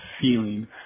feeling